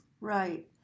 Right